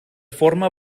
forma